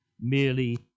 merely